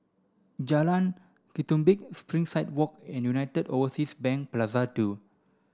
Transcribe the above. Jalan Ketumbit Springside Walk and United Overseas Bank Plaza Two